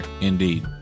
Indeed